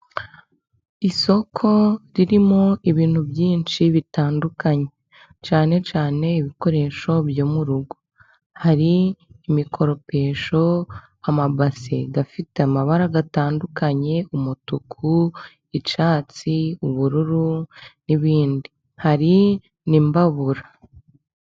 Isoko ririmo ibintu byinshi bitandukanye cyane cyane ibikoresho byo mu rugo hari: imikoropesho, amabasi afite amabara atandukanye :umutuku, icyatsi ,ubururu n'ibindi .Hari n'imbabura.